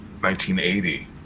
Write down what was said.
1980